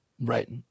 Right